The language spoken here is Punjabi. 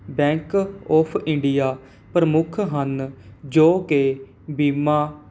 ਬੈਂਕ ਔਫ ਇੰਡੀਆ ਪ੍ਰਮੁੱਖ ਹਨ ਜੋ ਕਿ ਬੀਮਾ